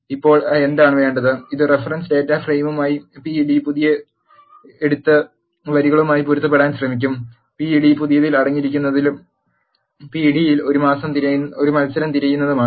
ഇപ്പോൾ എന്താണ് വേണ്ടത് ഇത് റഫറൻസ് ഡാറ്റ ഫ്രെയിമായി പി ഡി പുതിയ എടുത്ത് വരികളുമായി പൊരുത്തപ്പെടാൻ ശ്രമിക്കും പി ഡി പുതിയതിൽ അടങ്ങിയിരിക്കുന്നതും പി ഡിയിൽ ഒരു മത്സരം തിരയുന്നതുമാണ്